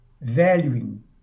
valuing